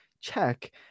check